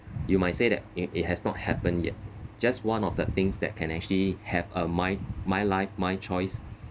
you might say that it it has not happen yet just one of the things that can actually have a mind my life my choice